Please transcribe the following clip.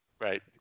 right